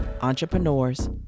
entrepreneurs